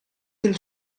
del